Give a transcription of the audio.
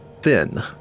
thin